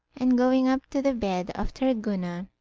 and going up to the bed of thorgunna,